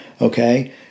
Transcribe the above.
okay